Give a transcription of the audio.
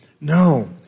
No